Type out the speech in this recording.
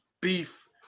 beef